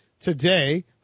today